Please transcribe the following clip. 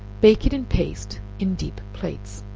bake it in paste, in deep plates.